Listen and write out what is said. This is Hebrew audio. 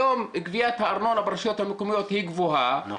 היום גביית הארנונה ברשויות המקומיות היא גבוהה כי